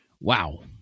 Wow